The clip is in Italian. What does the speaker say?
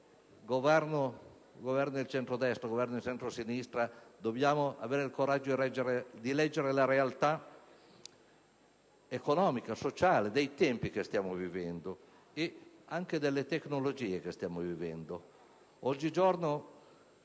Governi di centrodestra e di centrosinistra dobbiamo avere il coraggio di leggere la realtà economica, sociale e dei tempi e anche delle tecnologie che stiamo vivendo. Oggigiorno,